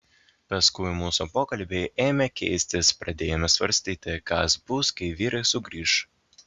paskui mūsų pokalbiai ėmė keistis pradėjome svarstyti kas bus kai vyrai sugrįš